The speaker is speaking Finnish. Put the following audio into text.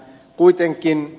kuitenkin ed